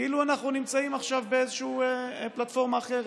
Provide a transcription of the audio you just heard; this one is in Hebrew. כאילו שאנחנו נמצאים עכשיו באיזושהי פלטפורמה אחרת.